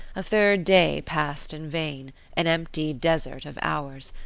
a third day passed in vain an empty desert of hours.